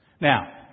Now